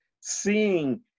seeing